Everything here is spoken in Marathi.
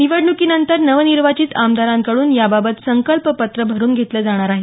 निवडणुकीनंतर नवनिर्वाचित आमदारांकडून याबाबत संकल्प पत्र भरून घेतलं जाणार आहे